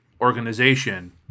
organization